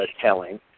telling